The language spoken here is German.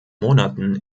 monaten